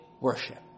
worship